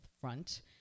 front